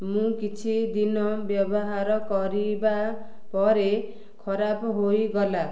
ମୁଁ କିଛି ଦିନ ବ୍ୟବହାର କରିବା ପରେ ଖରାପ ହୋଇଗଲା